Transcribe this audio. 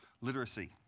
literacy